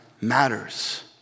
matters